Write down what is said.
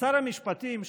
שר המשפטים,